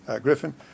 Griffin